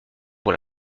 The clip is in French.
pour